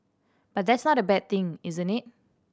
but that's not a bad thing isn't it